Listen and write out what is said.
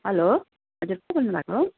hello हजुर को बोल्नुभएको हो